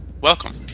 welcome